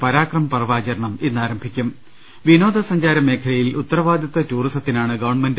പരാക്രം പർവ് ആചരണം ഇന്ന് ആരംഭിക്കും വിനോദസഞ്ചാരമേഖലയിൽ ഉത്തരവാദിത്വ ടൂറിസത്തിനാണ് ഗവൺമെന്റ്